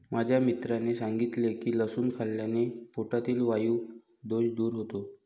माझ्या मित्राने सांगितले की लसूण खाल्ल्याने पोटातील वायु दोष दूर होतो